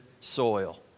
soil